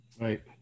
Right